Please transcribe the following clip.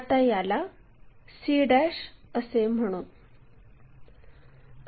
आता याला c असे म्हणू